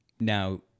Now